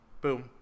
Boom